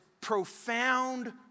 profound